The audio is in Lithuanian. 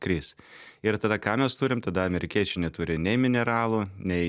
kris ir tada ką mes turim tada amerikiečiai neturi nei mineralų nei